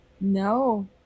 No